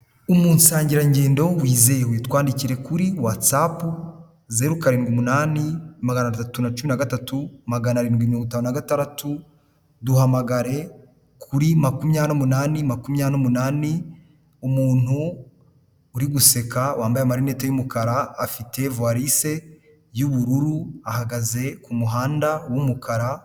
Umusangirangendo wizewe, twandikire kuri Whatsap, zeru karindwi umunani, magana atatu na cumi na gatatu, magana arindwi mirongo itanu na gatandatu, duhamagare kuri makumyabiri n'umunani, makumyabiri n'umunani, umuntu uri guseka wambaye amarineti y'umukara afite varise y'ubururu, ahagaze ku muhanda w'umukara...